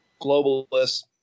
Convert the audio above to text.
globalists